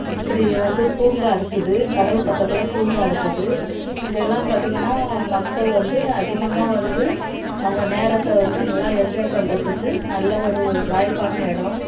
இப்படி வந்து பூங்கா இருக்குது கடல் பக்கத்தில் பூங்கா இருக்குது இங்கேலாம் பார்த்திங்கன்னா மக்கள் வந்து அதிகமாக வந்து அவங்க நேரத்தை வந்து நல்லா என்ஜாய் பண்ணுறதுக்கு நல்ல ஒரு வாய்ப்பான இடம்